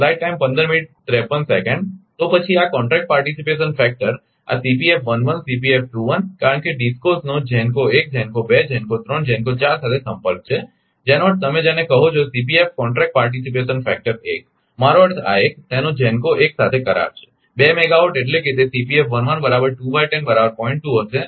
તો પછી આ કોન્ટ્રેક્ટ પાર્ટિસિપેશન ફેક્ટર આ કારણ કે DISCO નો GENCO 1 GENCO 2 GENCO 3 GENCO 4 સાથે સંપર્ક છે જેનો અર્થ તમે જેને કહો છો કોન્ટ્રેક્ટ પાર્ટિસિપેશન ફેક્ટર 1 મારો અર્થ આ એક તેનો GENCO 1 સાથે કરાર છે 2 મેગાવાટ એટલે કે તે હશે